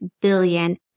billion